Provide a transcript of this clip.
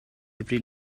every